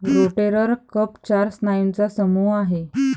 rotator cuff चार स्नायूंचा समूह आहे